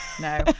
No